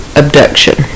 abduction